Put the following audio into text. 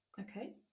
Okay